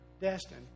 Destin